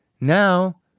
now